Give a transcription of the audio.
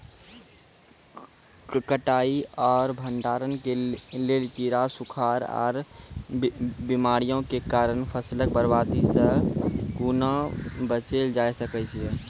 कटाई आर भंडारण के लेल कीड़ा, सूड़ा आर बीमारियों के कारण फसलक बर्बादी सॅ कूना बचेल जाय सकै ये?